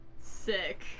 Sick